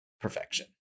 perfection